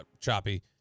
Choppy